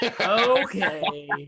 Okay